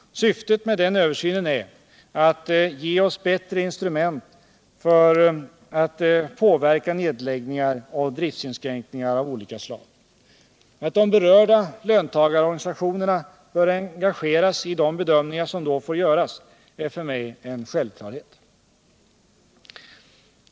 Syftet med den översynen är att ge oss bättre instrument att påverka nedläggningar och driftinskränkningar av olika slag. Att de berörda löntagarorganisationerna bör engageras i de bedömningar som då får göras är för mig en självklarhet.